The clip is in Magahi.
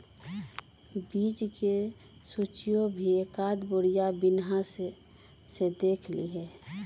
बीज के सूचियो भी एकाद बेरिया बनिहा से देख लीहे